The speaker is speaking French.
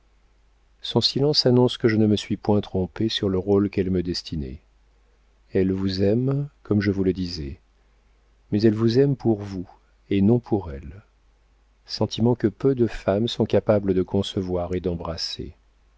son silence annonce que je ne me suis point trompé sur le rôle qu'elle me destinait elle vous aime comme je vous le disais mais elle vous aime pour vous et non pour elle sentiment que peu de femmes sont capables de concevoir et d'embrasser